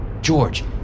George